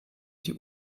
die